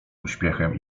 uśmiechem